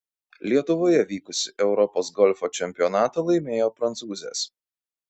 lietuvoje vykusį europos golfo čempionatą laimėjo prancūzės